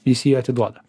jis jį atiduoda